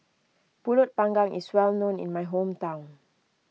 Pulut Panggang is well known in my hometown